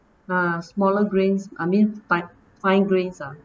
ah smaller grains I mean fin~ fine grains lah